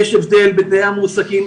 יש הבדל בתנאי המועסקים,